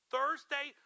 Thursday